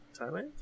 Thailand